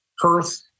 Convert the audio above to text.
Perth